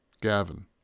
Gavin